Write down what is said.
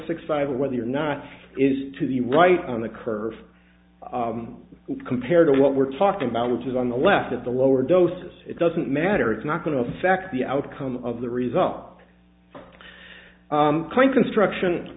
six five or whether or not is to the right on the curve compared to what we're talking about which is on the left at the lower dose it doesn't matter it's not going to affect the outcome of the result when construction